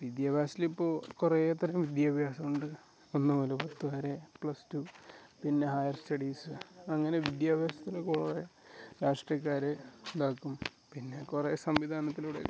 വിദ്യാഭ്യാസത്തിൽ ഇപ്പോൾ കുറെ തരം വിദ്യാഭ്യാസം ഉണ്ട് ഒന്ന് മുതൽ പത്ത് വരെ പ്ലസ് ടു പിന്നെ ഹയർ സ്റ്റഡീസ് അങ്ങനെ വിദ്യാഭ്യാസത്തിൽ കുറെ രാഷ്ട്രീയക്കാർ ഇതാക്കും പിന്നെ കുറെ സംവിധാനത്തിലൂടെ